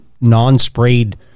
non-sprayed